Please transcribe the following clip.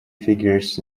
figures